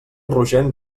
rogent